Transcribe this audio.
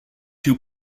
too